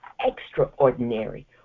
extraordinary